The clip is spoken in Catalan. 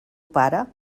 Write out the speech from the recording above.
pare